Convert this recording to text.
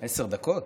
טוב.